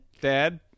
dad